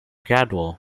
gradual